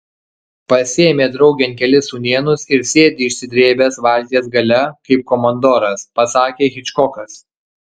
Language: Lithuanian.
pasiėmė draugėn kelis sūnėnus ir sėdi išsidrėbęs valties gale kaip komandoras pasakė hičkokas